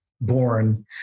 born